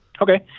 Okay